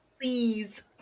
Please